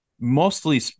mostly